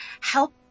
help